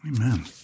Amen